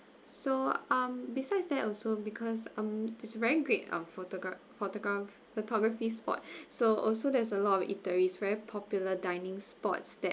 so um besides that also because um it's very great uh photogr~ photograph photography spot so also there's a lot of eateries very popular dining spots that